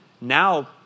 Now